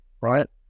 right